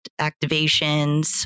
activations